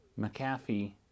McAfee